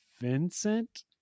Vincent